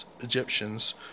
Egyptians